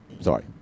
Sorry